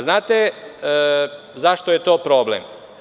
Znate li zašto je to problem?